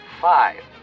five